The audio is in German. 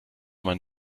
man